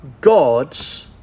God's